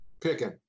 picking